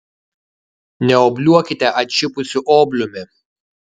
neobliuokite atšipusiu obliumi